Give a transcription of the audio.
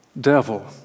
Devil